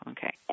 Okay